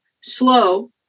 slow